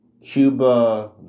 Cuba